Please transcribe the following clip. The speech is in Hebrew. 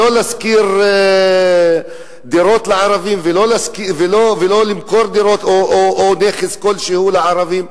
לא נשכיר דירות לערבים ולא נמכור דירות או נכס כלשהו לערבים.